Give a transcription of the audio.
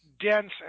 dense